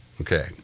Okay